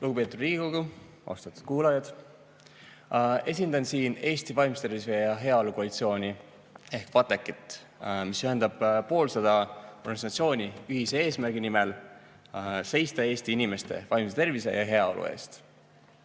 Lugupeetud Riigikogu! Austatud kuulajad! Esindan siin Eesti Vaimse Tervise ja Heaolu Koalitsiooni ehk VATEK‑it, mis ühendab poolsada organisatsiooni ühise eesmärgi nimel seista Eesti inimeste vaimse tervise ja heaolu eest.